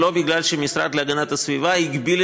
זה לא מכיוון שהמשרד להגנת הסביבה הגביל